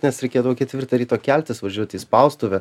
nes reikėtų ketvirtą ryto keltis važiuoti į spaustuvę